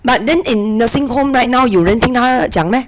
but then in nursing home right now 有人听她讲 meh